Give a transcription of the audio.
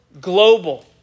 global